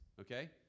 Okay